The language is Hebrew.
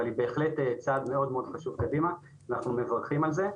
אבל היא בהחלט צעד מאוד מאוד גדול קדימה ואנחנו מברכים על זה.